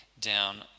down